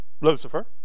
Lucifer